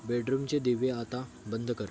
बेडरूमचे दिवे आता बंद कर